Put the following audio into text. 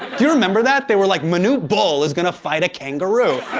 do you remember that? they were like, manute bol is gonna fight a kangaroo.